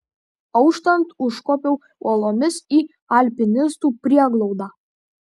auštant užkopiau uolomis į alpinistų prieglaudą